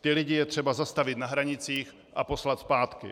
Ty lidi je třeba zastavit na hranicích a poslat zpátky.